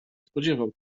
spodziewał